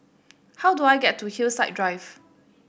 how do I get to Hillside Drive